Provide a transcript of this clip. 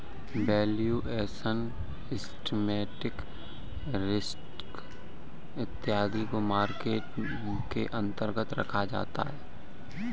valuation, systematic risk इत्यादि को market के अंतर्गत रखा जाता है